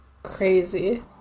crazy